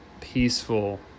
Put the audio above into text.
peaceful